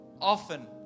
often